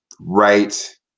right